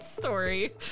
story